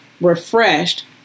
refreshed